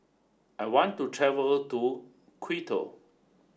I want to travel to Quito